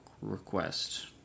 request